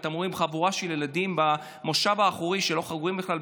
וראיתם חבורה של ילדים במושב האחורי שלא חגורים בכלל?